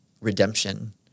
redemption